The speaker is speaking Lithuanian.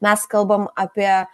mes kalbam apie